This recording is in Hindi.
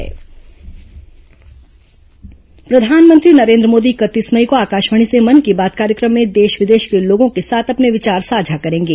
मन की बात प्रधानमंत्री नरेन् द्र मोदी इकतीस मई को आकाशवाणी से मन की बात कार्य क्र म में देश विदेश के लोगों के साथ अपने विचार साझा करेंगे